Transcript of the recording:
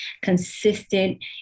consistent